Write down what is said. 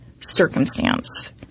circumstance